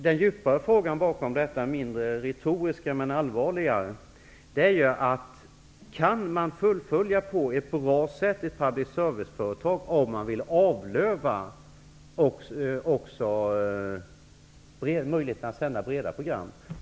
Den djupare frågan bakom detta mindre retoriska men allvarliga är ju: Kan man på ett bra sätt fullfölja ett public service-företag om man vill avlöva möjligheten att sända breda program?